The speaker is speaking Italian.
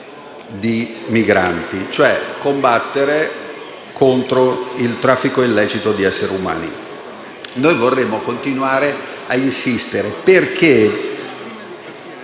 di migranti, cioè a combattere il traffico illecito di esseri umani. Noi vorremmo continuare a insistere, perché